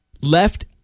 left